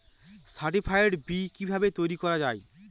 Certified B কিভাবে তৈরি করা যায়?